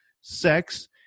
sex